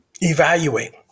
evaluate